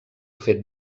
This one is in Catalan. fet